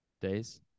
days